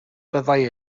byddai